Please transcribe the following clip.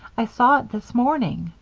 i saw it this morning.